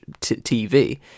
TV